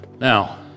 now